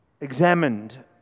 examined